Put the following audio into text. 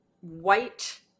white